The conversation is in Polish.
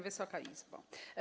Wysoka Izbo!